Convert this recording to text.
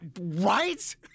Right